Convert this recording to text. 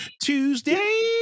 Tuesday